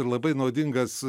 ir labai naudingas